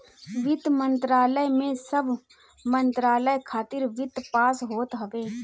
वित्त मंत्रालय में सब मंत्रालय खातिर वित्त पास होत हवे